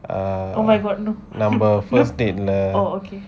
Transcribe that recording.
ah நம்ம:namma first date lah